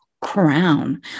crown